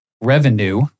revenue